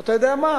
אתה יודע מה?